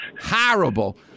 horrible